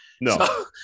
No